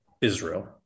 Israel